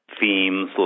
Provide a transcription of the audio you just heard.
themes